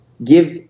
Give